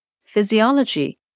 physiology